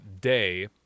day